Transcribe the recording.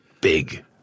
big